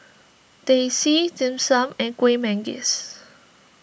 Teh C Dim Sum and Kuih Manggis